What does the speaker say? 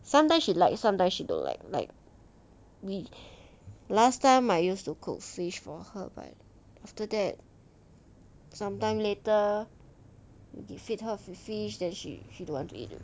sometimes she like sometimes she don't like like we last time I used to cook fish for her but after that sometime later you feed with fish then she she don't want to eat